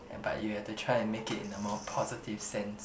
and but you have to try and make it in a more positive sense